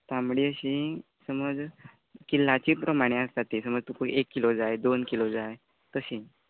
तांबडी अशीं समज किल्लाचीं प्रमाणे आसता तीं समज तुका एक किलो जाय दोन किलो जाय तशीं